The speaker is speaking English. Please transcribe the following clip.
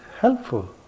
helpful